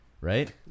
right